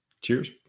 Cheers